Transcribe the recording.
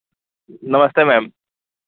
नमस्ते मैम